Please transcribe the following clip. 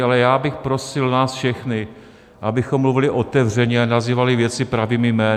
Ale já bych prosil nás všechny, abychom mluvili otevřeně a nazývali věci pravými jmény.